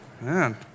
Man